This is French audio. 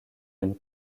une